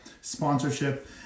sponsorship